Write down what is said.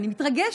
אני מתרגשת.